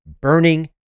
burning